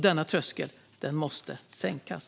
Denna tröskel måste sänkas.